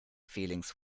feelings